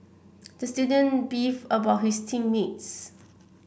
the student beefed about his team mates